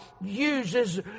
uses